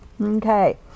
Okay